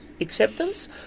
acceptance